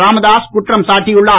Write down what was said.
ராமதாஸ் குற்றம் சாட்டியுள்ளார்